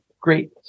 great